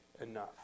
enough